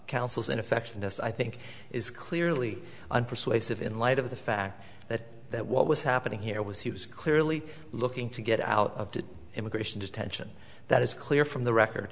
counsel's ineffectualness i think is clearly unpersuasive in light of the fact that that what was happening here was he was clearly looking to get out of the immigration detention that is clear from the record